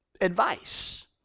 advice